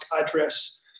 address